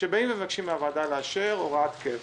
מן הוועדה לאשר הוראת קבע.